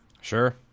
Sure